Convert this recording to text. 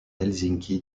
helsinki